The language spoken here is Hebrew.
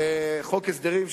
חוק הסדרים,